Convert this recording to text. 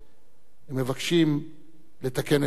הם מבקשים לתקן את ההיסטוריה.